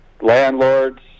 landlords